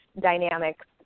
dynamics